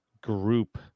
group